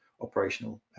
operational